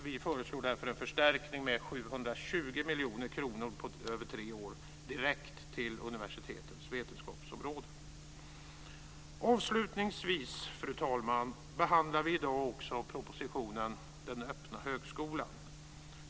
Vi föreslår en förstärkning med 720 miljoner kronor över tre år direkt till universitetens vetenskapsområden. Avslutningsvis, fru talman, behandlar vi i dag också propositionen Den öppna högskolan.